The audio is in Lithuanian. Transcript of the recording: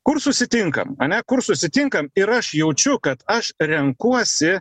kur susitinkam ane kur susitinkam ir aš jaučiu kad aš renkuosi